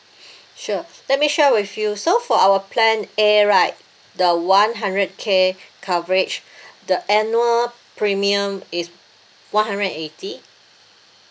sure let me share with you so for our plan A right the one hundred K coverage the annual premium is one hundred and eighty